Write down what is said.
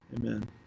Amen